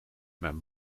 mijn